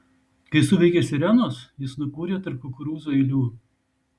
kai suveikė sirenos jis nukūrė tarp kukurūzų eilių